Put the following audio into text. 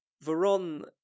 Veron